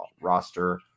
roster